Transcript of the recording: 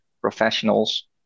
professionals